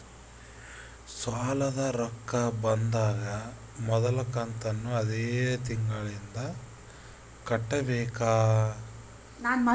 ಸಾಲದ ರೊಕ್ಕ ಬಂದಾಗ ಮೊದಲ ಕಂತನ್ನು ಅದೇ ತಿಂಗಳಿಂದ ಕಟ್ಟಬೇಕಾ?